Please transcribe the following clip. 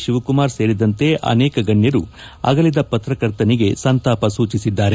ಶಿವಕುಮಾರ್ ಸೇರಿದಂತೆ ಅನೇಕ ಗಣ್ಯರು ಅಗಲಿದ ಪತ್ರಕರ್ತನಿಗೆ ಸಂತಾಪ ಸೂಚಿಸಿದ್ದಾರೆ